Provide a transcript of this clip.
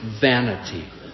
vanity